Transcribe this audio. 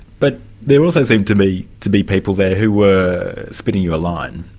but there also seemed to me to be people there who were spinning you a line.